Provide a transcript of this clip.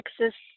Texas